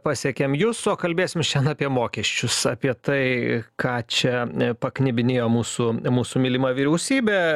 pasiekėm jus o kalbėsim šian apie mokesčius apie tai ką čia paknibinėjo mūsų mūsų mylima vyriausybė